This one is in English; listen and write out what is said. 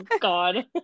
god